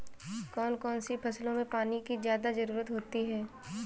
कौन कौन सी फसलों में पानी की ज्यादा ज़रुरत होती है?